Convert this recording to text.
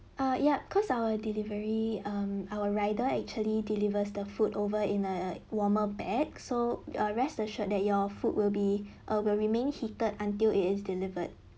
err yup cause our delivery um our rider actually delivers the food over in a warmer bag so err rest assured that your food will be err will remain heated until it is delivered